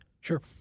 Sure